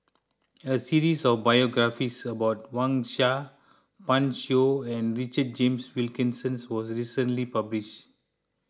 a series of biographies about Wang Sha Pan Shou and Richard James Wilkinson was recently published